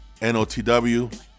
NOTW